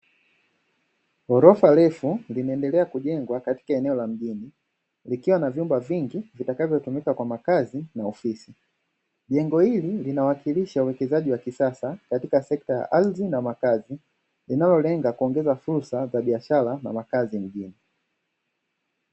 Ghorofa refu limeendelea kujengwa katika eneo la mjini, likiwa na vyumba vingi vitakavyotumika kwa makazi na ofisi. Jengo hili linawakilisha uwekezaji wa kisasa katika sekta ya ardhi na makazi linalolenga kuongeza fursa za biashara na makazi mjini.